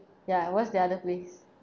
ya what's the other place